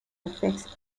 affects